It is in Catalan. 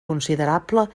considerable